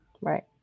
Right